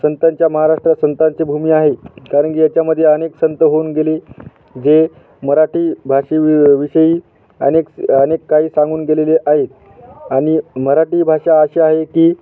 संतांच्या महाराष्ट्र संतांची भूमी आहे कारण की याच्यामध्ये अनेक संत होऊन गेले जे मराठी भाषेविषयी अनेक अनेक काही सांगून गेलेले आहेत आणि मराठी भाषा अशी आहे की